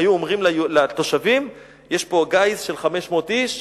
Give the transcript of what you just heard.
היו אומרים לתושבים: יש פה גיס של 500 איש,